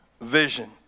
vision